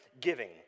giving